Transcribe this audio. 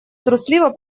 трусливо